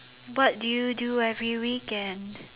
what do you do every weekend